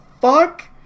fuck